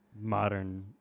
modern